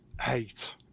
hate